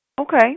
Okay